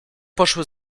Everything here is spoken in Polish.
poszły